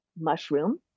mushroom